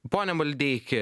pone maldeiki